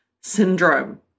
syndrome